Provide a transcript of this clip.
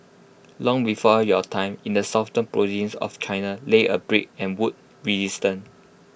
long before your time in the southern province of China lay A brick and wood